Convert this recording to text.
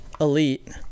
elite